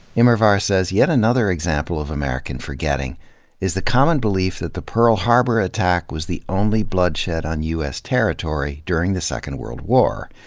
immerwahr says, yet another example of american forgetting is the common belief that the pearl harbor attack was the only bloodshed on u s. territory during the second world war.